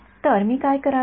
तर मी काय करावे